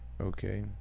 Okay